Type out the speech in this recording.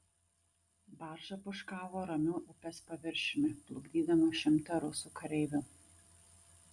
barža pūškavo ramiu upės paviršiumi plukdydama šimtą rusų kareivių